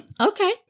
Okay